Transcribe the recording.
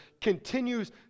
continues